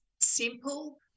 simple